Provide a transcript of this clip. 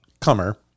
Comer